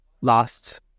last